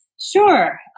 Sure